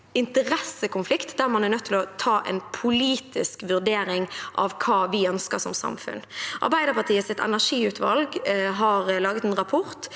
interessekonflikt, der man er nødt til å ta en politisk vurdering av hva vi som samfunn ønsker. Arbeiderpartiets energiutvalg har laget en rapport